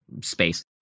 space